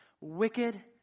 wicked